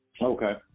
Okay